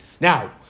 Now